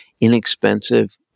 inexpensive